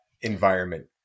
environment